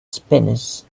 spinners